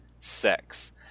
sex